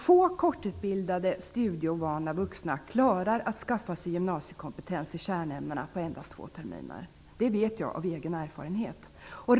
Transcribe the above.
Få kortutbildade och studieovana vuxna klarar att skaffa sig gymnasiekompetens i kärnämnena på endast två terminer. Det vet jag av egen erfarenhet.